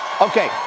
Okay